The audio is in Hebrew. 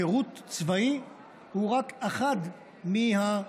שירות צבאי הוא רק אחת מהאפשרויות,